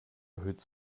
erhöht